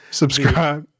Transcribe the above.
subscribe